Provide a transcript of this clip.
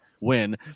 win